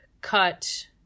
cut